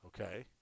Okay